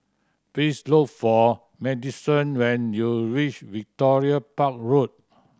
please look for Maddison when you reach Victoria Park Road